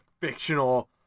fictional